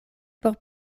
por